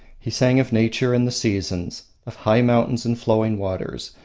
he sang of nature and the seasons, of high mountains and flowing waters,